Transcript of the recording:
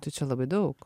tai čia labai daug